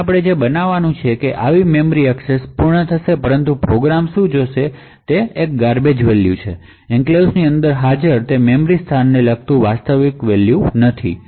અહીં જે બનવાનું છે તે છે કે આવી મેમરી એક્સેસ પૂર્ણ થશે પરંતુ પ્રોગ્રામ જે જોશે તે ગાર્બેજ મૂલ્ય છે અને એન્ક્લેવ્સ ની અંદર હાજર તે મેમરી સ્થાનને લગતું વાસ્તવિક મૂલ્ય નથી